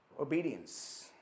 obedience